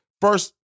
first